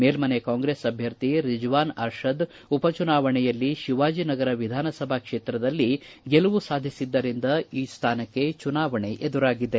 ಮೇಲ್ಲನೆ ಕಾಂಗ್ರೆಸ್ ಅಭ್ಯರ್ಥಿ ರಿಜ್ವಾನ್ ಅರ್ಷದ್ ಉಪಚುನಾವಣೆಯಲ್ಲಿ ಶಿವಾಜಿನಗರ ವಿಧಾನಸಭಾ ಕ್ಷೇತ್ರದಲ್ಲಿ ಗೆಲುವು ಸಾಧಿಸಿದ್ದರಿಂದ ಈ ಸ್ಥಾನಕ್ಕೆ ಚುನಾವಣೆ ಎದುರಾಗಿದೆ